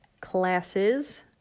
classes